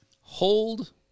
hold